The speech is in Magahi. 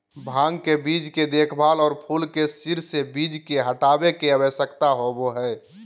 भांग के बीज के देखभाल, और फूल के सिर से बीज के हटाबे के, आवश्यकता होबो हइ